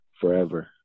forever